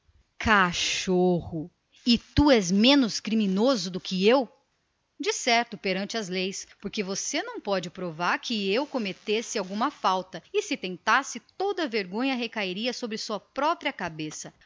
cachorro e tu tu serás porventura menos criminoso do que eu perante as leis decerto porque você nunca poderá provar a minha suposta culpa e se tentasse fazê-lo a vergonha do fato recairia toda sobre a sua própria cabeça